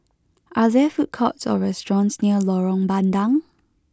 are there food courts or restaurants near Lorong Bandang